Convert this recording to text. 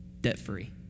debt-free